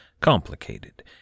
complicated